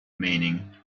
meaning